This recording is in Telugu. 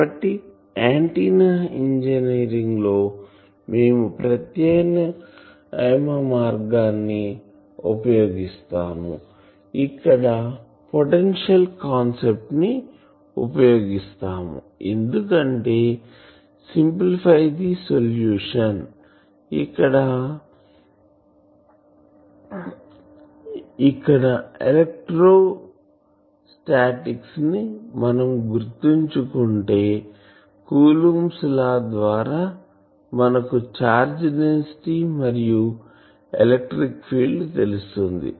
కాబట్టి ఆంటిన్నాఇంజనీరింగ్ లో మేము ప్రత్యామ్న్యాయ మార్గాన్ని ఉపయోగిస్తాము ఇక్కడ పొటెన్షియల్స్ కాన్సెప్ట్ ని ఉపయోగిస్తాము ఎందుకంటే సింప్లిఫయ ది సొల్యూషన్ ఇక్కడ ఎలెక్ట్రోస్టాటిక్స్ను మనం గుర్తుంచుకుంటే కూలుంబ్స్ లా Coulomb's law ద్వారా మనకు ఛార్జ్ డెన్సిటీ మరియు ఎలక్ట్రిక్ ఫీల్డ్ తెలుస్తుంది